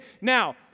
Now